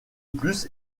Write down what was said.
plus